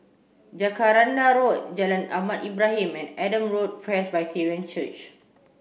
Jacaranda Road Jalan Ahmad Ibrahim and Adam Road Presbyterian Church